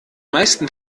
meisten